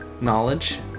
knowledge